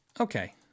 Okay